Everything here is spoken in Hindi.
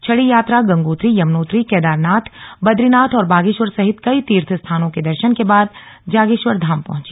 छड़ी यात्रा गंगोत्री यमुनोत्री केदारनाथ बद्रीनाथ और बागेश्वर सहित कई तीर्थ स्थानों के दर्शन के बाद जागेश्वर धाम पहुंची